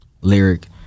lyric